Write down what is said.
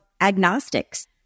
agnostics